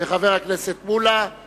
בידור ולמקומות ציבוריים (תיקון,